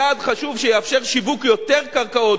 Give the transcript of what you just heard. צעד חשוב שיאפשר שיווק יותר קרקעות,